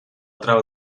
trau